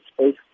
space